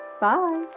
Bye